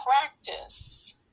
practice